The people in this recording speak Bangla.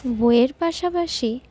বইয়ের পাশাপাশি